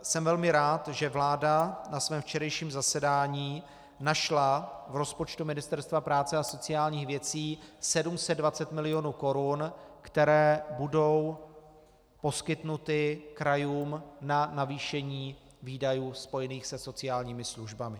Jsem velmi rád, že vláda na svém včerejším zasedání našla v rozpočtu Ministerstva práce a sociálních věcí 720 milionů korun, které budou poskytnuty krajům na navýšení výdajů spojených se sociálními službami.